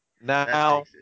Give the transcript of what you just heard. Now